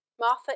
Martha